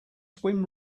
swim